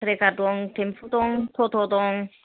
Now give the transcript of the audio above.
trekker दं tempo दं ट'ट' दं